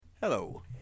Hello